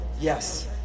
Yes